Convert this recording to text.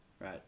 right